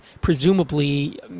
presumably